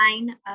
nine